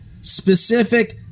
specific